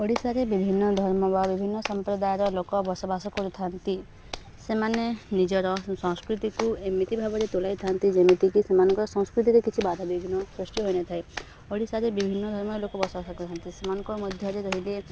ଓଡ଼ିଶାରେ ବିଭିନ୍ନ ଧର୍ମ ବା ବିଭିନ୍ନ ସମ୍ପ୍ରଦାୟର ଲୋକ ବସବାସ କରୁଥାନ୍ତି ସେମାନେ ନିଜର ସଂସ୍କୃତିକୁ ଏମିତି ଭାବରେ ତୁଲାଇ ଥାନ୍ତି ଯେମିତିକି ସେମାନଙ୍କର ସଂସ୍କୃତିକି କିଛି ବାଧା ବିଭିନ୍ନ ସୃଷ୍ଟି ହୋଇନଥାଏ ଓଡ଼ିଶାରେ ବିଭିନ୍ନ ଧର୍ମର ଲୋକ ବସବାସ କରିଥାନ୍ତି ସେମାନଙ୍କ ମଧ୍ୟରେ ରହିଲେ